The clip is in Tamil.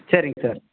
சரிங்க சார்